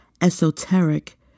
esoteric